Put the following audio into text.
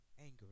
anger